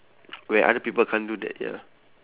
where other people can't do that ya